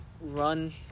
run